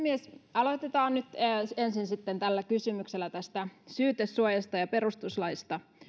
aloitetaan nyt sitten ensin kysymyksellä tästä syytesuojasta ja perustuslaista